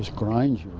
grinds you.